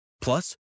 Plus